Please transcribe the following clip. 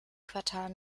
quartal